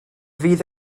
fydd